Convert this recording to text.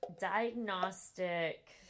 Diagnostic